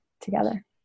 together